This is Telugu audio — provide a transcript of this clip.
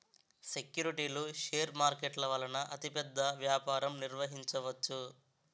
సెక్యూరిటీలు షేర్ మార్కెట్ల వలన అతిపెద్ద వ్యాపారం నిర్వహించవచ్చు